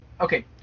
okay